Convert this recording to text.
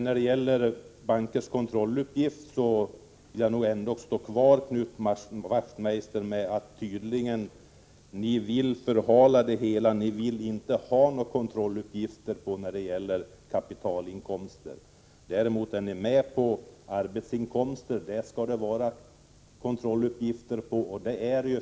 När det gäller kontrolluppgift från bankerna håller jag fast vid att ni tydligen vill förhala det hela. Ni vill inte ha några kontrolluppgifter på kapitalinkomster. Däremot är ni med på att kontrolluppgift lämnas i fråga om arbetsinkomster.